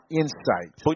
insight